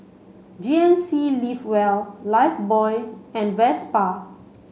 G N C live well Lifebuoy and Vespa